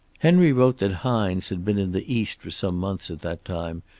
henry wrote that hines had been in the east for some months at that time,